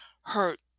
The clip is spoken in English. hurt